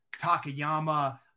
Takayama